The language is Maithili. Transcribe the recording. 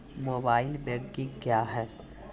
मोबाइल बैंकिंग क्या हैं?